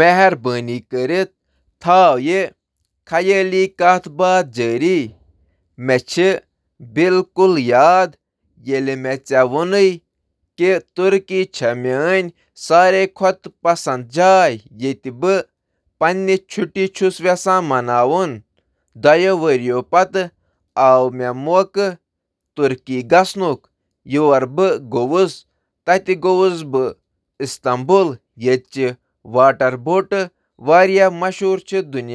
مہربٲنی کٔرِتھ تھٲیِو یہٕ خیٲلی کتھ باتھ جٲری: "یاد تھٲیِو ییٚلہِ مےٚ تۄہہِ ترکیَس منٛز پننہِ خوابٕچ چھُٹی مُتعلِق ووٚن، یُس میون پسندیدٕ مُلک چھُ، دۄیو ؤرۍ یَو پتہٕ مِلیوٚو مےٚ ترکی گژھنُک موقعہٕ، ییٚتہِ بہٕ استمبل گوٚمُت، ییٚتہِ آبہٕ ناوٕ دُنیاہَس منٛز مشہوٗر چھِ تہٕ